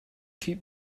keep